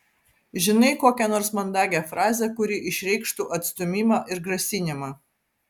žinai kokią nors mandagią frazę kuri išreikštų atstūmimą ir grasinimą